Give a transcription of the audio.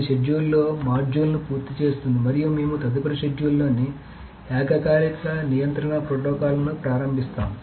అది షెడ్యూల్లలో మాడ్యూల్ను పూర్తి చేస్తుంది మరియు మేము తదుపరి మాడ్యూల్లోని ఏకకాలిక నియంత్రణ ప్రోటోకాల్లను ప్రారంభిస్తాము